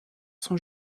son